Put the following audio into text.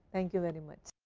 thank you very much.